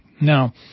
Now